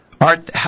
Art